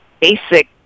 basic